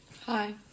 Hi